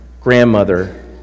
grandmother